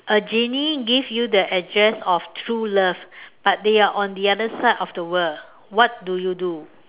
a genie give you the address of true love but they are on the other side of the world what do you do